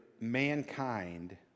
mankind